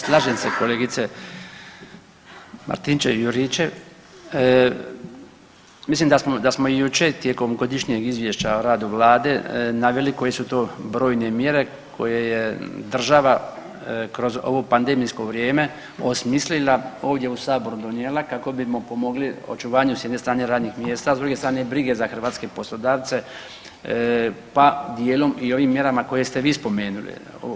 Slažem se kolegice Martinčev Juričev mislim da smo jučer tijekom godišnjeg izvješća o radu vlade naveli koje su to brojne mjere koje je država kroz ovo pandemijsko vrijeme osmislila ovdje u saboru donijela kako bimo pomogli očuvanju s jedne strane radnih mjesta, a s druge strane brige za hrvatske poslodavce pa dijelom i ovim mjerama koje ste vi spomenuli.